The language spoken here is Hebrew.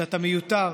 שאתה מיותר.